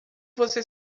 você